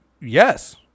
yes